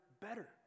better